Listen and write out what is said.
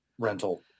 rental